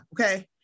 Okay